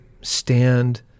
Stand